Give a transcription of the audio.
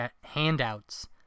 handouts